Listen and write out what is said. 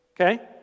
Okay